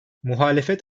muhalefet